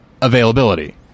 availability